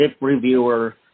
reviewer